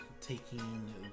taking